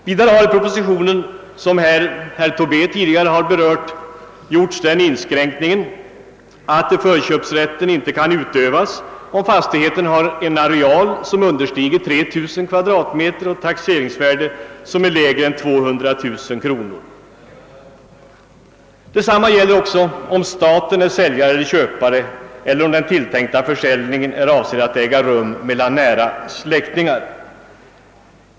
Vidare har i propositionen, som herr Tobé tidigare har berört, gjorts den inskränkningen att förköpsrätten inte kan utövas om fastigheten har en areal som understiger 3 000 kvadratmeter och ett taxeringsvärde som är lägre än 200 000 kronor. Detsamma gäller om staten är säljare eller köpare eller om den tilltänkta försäljningen är avsedd att äga rum mellan nära släktingar.